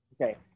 Okay